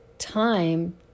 Time